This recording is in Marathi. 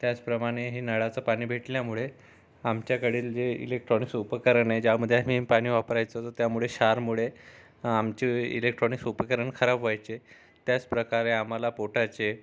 त्याचप्रमाणे हे नळाचं पाणी भेटल्यामुळे आमच्याकडील जे इलेक्ट्रॉनिक्स उपकरण आहे ज्यामध्ये आम्ही हे पाणी वापरायचो त्यामुळे क्षारमुळे आमचे इलेक्ट्रॉनिक्स उपकरण खराब व्हायचे त्याचप्रकारे आम्हाला पोटाचे